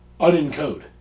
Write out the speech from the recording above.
Unencode